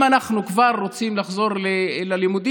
אם כבר אנחנו רוצים לחזור ללימודים.